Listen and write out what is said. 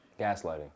Gaslighting